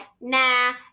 nah